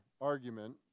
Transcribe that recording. argument